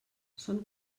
són